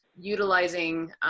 utilizing